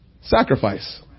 sacrifice